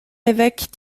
évêque